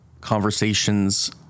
conversations